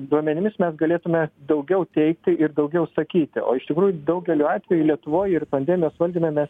duomenimis mes galėtume daugiau teikti ir daugiau sakyti o iš tikrųjų daugeliu atvejų lietuvoj ir pandemijos valdyme mes